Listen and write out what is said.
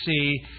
see